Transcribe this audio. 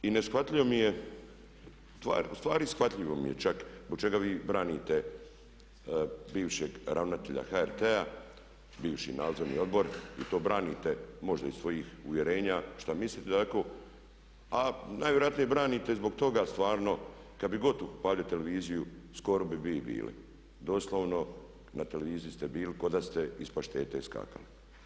I ne shvatljivo mi je, ustvari shvatljivo mi je čak zbog čega vi branite bivšeg ravnatelja HRT-a, bivši nadzorni odbor i to branite možda zbog svojih uvjerenja što mislite tako a najvjerojatnije branite zbog toga stvarno, kad bi god upalio televiziju skoro bi vi bili, doslovno na televiziji ste bili kao da ste iz paštete iskakali.